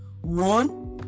one